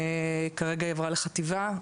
כרגע היא עברה לחטיבה,